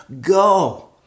Go